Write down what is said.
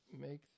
make